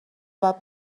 باید